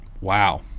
Wow